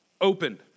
opened